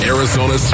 Arizona